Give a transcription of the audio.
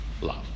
love